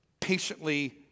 patiently